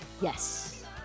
Yes